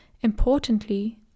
Importantly